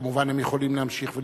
כמובן, הם יכולים להמשיך ולהישאר.